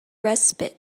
respite